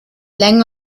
längen